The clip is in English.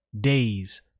days